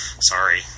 sorry